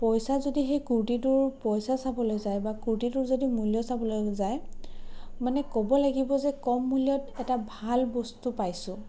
পইছা যদি সেই কূৰ্টীটোৰ পইছা চাবলৈ যায় বা কূৰ্টীটোৰ যদি মূল্য চাবলৈ যায় মানে ক'ব লাগিব যে কম মূল্যত এটা ভাল বস্তু পাইছোঁ